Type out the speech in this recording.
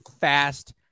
fast